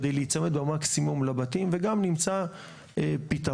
על מנת להיצמד במקסימום לבתים וגם נמצא פתרון.